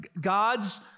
God's